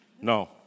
No